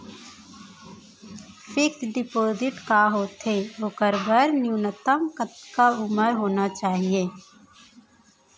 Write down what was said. Fix deposit का होथे ओखर बर न्यूनतम कतका उमर होना चाहि?